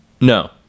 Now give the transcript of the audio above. No